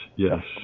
Yes